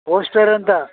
ಹೋಸ್ಟರ್ ಅಂತ